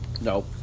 No